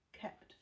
kept